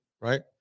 right